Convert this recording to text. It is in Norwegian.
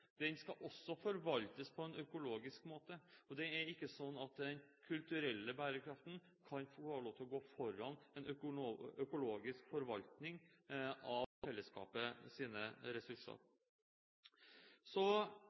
Den skal også forvaltes på en økologisk måte. Det er ikke slik at den kulturelle bærekraften får lov til å gå foran en økologisk forvaltning av